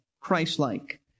Christ-like